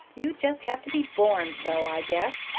you just have to be born so, i guess.